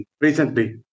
recently